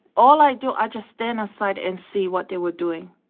all i do, i just stand aside and see what they were doing.